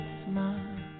smile